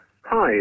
Hi